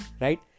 Right